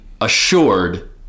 assured